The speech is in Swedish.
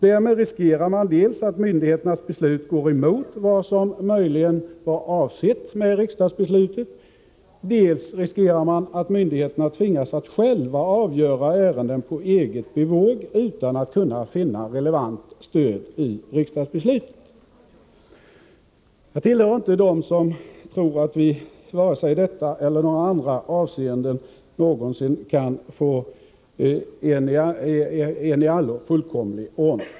Därmed riskerar man dels att myndigheternas beslut går emot vad som möjligen avsetts med riksdagsbeslutet, dels att myndigheterna tvingas att själva avgöra ärenden på eget bevåg, utan att kunna finna relevant stöd i riksdagsbeslutet. Jag tillhör inte dem som tror att vi vare sig i detta eller i något annat avseende kan få någon fullkomlig ordning.